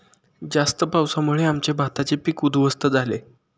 जास्त पावसामुळे आमचे भाताचे पीक उध्वस्त झाले